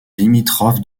limitrophe